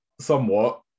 somewhat